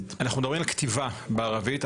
--- אנחנו מדברים על כתיבה בערבית.